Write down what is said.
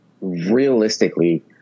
realistically